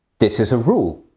this is a rule.